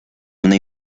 una